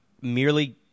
merely